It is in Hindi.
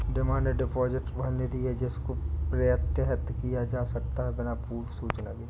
डिमांड डिपॉजिट वह निधि है जिसको प्रत्याहृत किया जा सकता है बिना पूर्व सूचना के